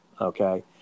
okay